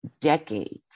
decades